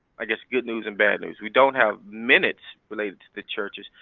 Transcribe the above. i guess good news and bad news. we don't have minutes related to the churches,